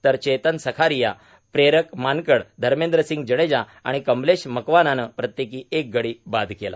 तर चेतन सखारीया प्रेरक मानकड धर्मेद्रसिंग जडेजा आणि कमलेश मकवानानं प्रत्येकी एक गडी बाद केला